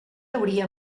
hauria